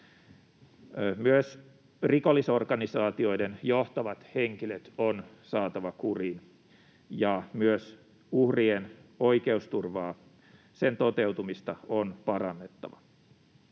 Myös rikollisorganisaatioiden johtavat henkilöt on saatava kuriin, ja myös uhrien oikeusturvaa ja sen toteutumista on parannettava.